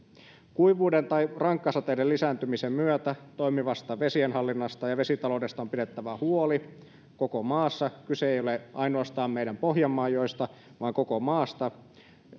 kuivuuden tai rankkasateiden lisääntymisen myötä toimivasta vesienhallinnasta ja vesitaloudesta on pidettävä huoli koko maassa kyse ei ole ainoastaan meidän pohjanmaan joista vaan koko maasta